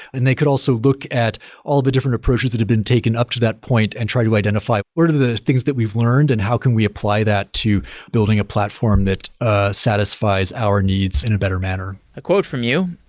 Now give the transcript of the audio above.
and they could also look at all the different approaches that have been taken up to that point and try to identify what are the things that we've learned and how can we apply that to building a platform that ah satisfies our needs in a better manner a quote from you,